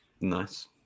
Nice